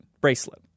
bracelet